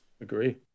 Agree